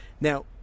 Now